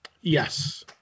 Yes